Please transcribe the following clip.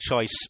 choice